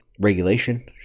regulation